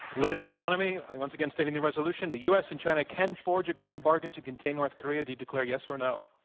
liz economy, once again stating the resolution, the u. s. and china can forge a grand bargain to contain north korea. do you declare yes, or no?